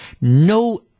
No